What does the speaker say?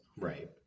Right